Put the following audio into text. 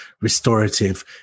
restorative